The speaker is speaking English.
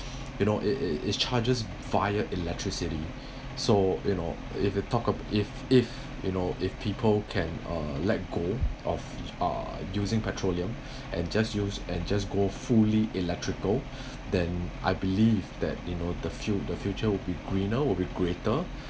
you know it it charges via electricity so you know if you talk a~ if if you know if people can uh let go of uh using petroleum and just use and just go fully electrical then I believe that you know the fu~ the future will be greener will be greater